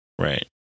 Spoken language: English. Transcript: Right